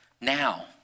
now